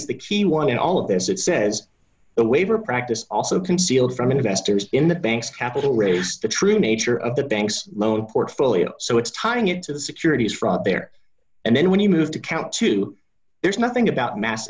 key one in all of this it says the waiver practice also concealed from investors in the bank's capital raised the true nature of the banks loan portfolio so it's tying it to the securities fraud there and then when you move to count two there's nothing about mass